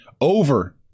Over